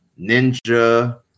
Ninja